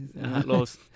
Los